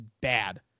bad